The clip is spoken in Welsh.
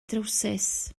drywsus